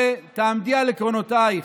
ותעמדי על עקרונותייך.